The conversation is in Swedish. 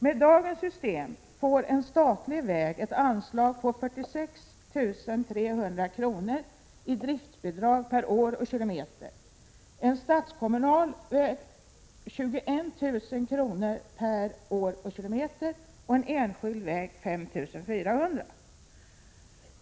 Med dagens system får en statlig väg ett anslag på 46 300 kr. i driftbidrag per år och kilometer, en statskommunal väg 21 000 per år och kilometer och en enskild väg 5 400 kr.